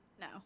No